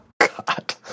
God